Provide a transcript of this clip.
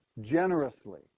generously